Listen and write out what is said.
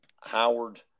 Howard